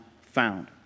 found